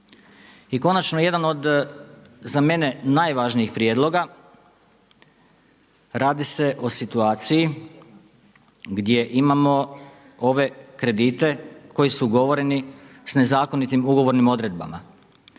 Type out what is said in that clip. I konačno jedan od za mene najvažnijih prijedloga radi se o situaciji gdje imamo ove kredite koji su ugovoreni s nezakonitim ugovornim odredbama.